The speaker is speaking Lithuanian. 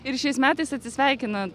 ir šiais metais atsisveikina